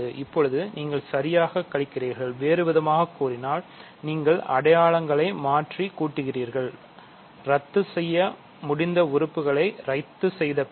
இப்போது நீங்கள் சரியாகக் கழிக்கிறீர்கள் வேறுவிதமாகக் கூறினால் நீங்கள் அடையாளங்களை மாற்றி கூட்டுகிறீர்கள் ரத்து செய்ய முடிந்த உறுப்புகளை ரத்து செய்த பின்